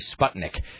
Sputnik